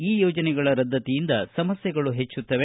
ಈ ಯೋಜನೆಗಳ ರದ್ದಕಿಯಿಂದ ಸಮಸ್ಥೆಗಳು ಹೆಚ್ಚುತ್ತವೆ